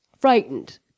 frightened